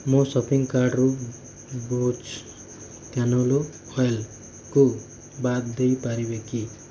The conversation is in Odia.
ମୋ ସପିଂ କାର୍ଡ଼ରୁ ବୋର୍ଜ୍ କ୍ୟାନୋଲା ଅଏଲ୍କୁ ବାଦ ଦେଇପାରିବେ କି